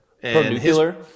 Pro-nuclear